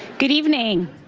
good evening.